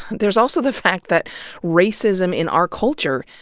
there's also the fact that racism, in our culture,